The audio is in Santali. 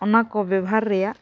ᱚᱱᱟ ᱠᱚ ᱵᱮᱵᱷᱟᱨ ᱨᱮᱱᱟᱜ